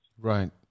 Right